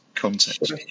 context